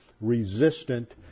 resistant